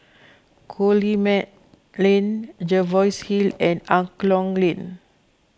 Coleman Lane Jervois Hill and Angklong Lane